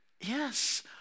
Yes